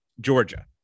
Georgia